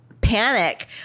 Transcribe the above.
panic